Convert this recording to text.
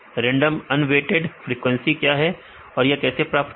random unweighted frequency क्या है और इसे कैसे प्राप्त करें